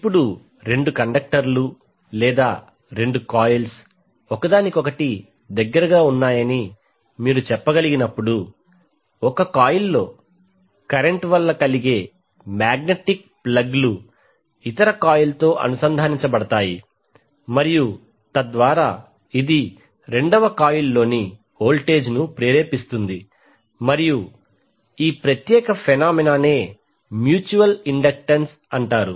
ఇప్పుడు రెండు కండక్టర్లు లేదా రెండు కాయిల్స్ ఒకదానికొకటి దగ్గరగా ఉన్నాయని మీరు చెప్పగలిగినప్పుడు ఒక కాయిల్లో కరెంట్ వల్ల కలిగే మాగ్నెటిక్ ప్లగ్లు ఇతర కాయిల్తో అనుసంధానించబడతాయి మరియు తద్వారా ఇది రెండవ కాయిల్లోని వోల్టేజ్ను ప్రేరేపిస్తుంది మరియు ఈ ప్రత్యేక ఫెనామెనానే మ్యూచ్యువల్ ఇండక్టెన్స్ అంటారు